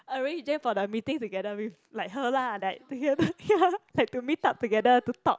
arrange them for the meeting together with like her lah like together ya like to meet up together to talk